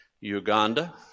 Uganda